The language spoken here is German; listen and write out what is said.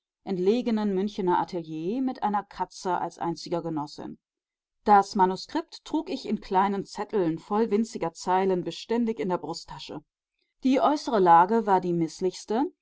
entlegenen münchener atelier mit einer katze als einziger genossin das manuskript trug ich in kleinen zetteln voll winziger zeilen beständig in der brusttasche die äußere lage war die mißlichste